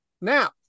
Now